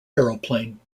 aeroplane